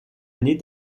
année